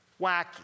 wacky